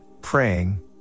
praying